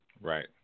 Right